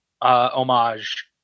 homage